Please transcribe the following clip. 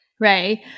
Right